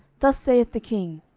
thus saith the king,